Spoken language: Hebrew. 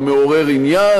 הוא מעורר עניין,